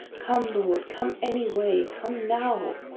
come, lord, come any way, come now.